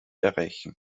erreichen